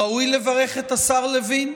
ראוי לברך את השר לוין.